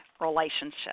relationship